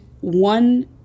one